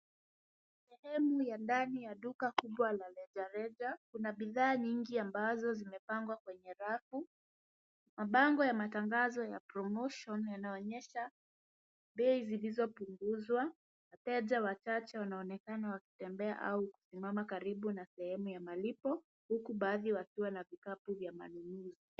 Sehemu ya ndani ya duka kubwa ya rejareja. Kuna bidhaa nyingi ambazo zimepangwa kwenye rafu. Mabango ya matangazo ya promotion yanaonyesha bei zilizopunguzwa. Wateja wachache wanaonekana wakitembea au kusimama karibu na sehemu ya malipo huku baadhi wakiwa na vikapu vya ununuzi.